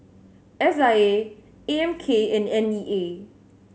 S I A A M K and N E A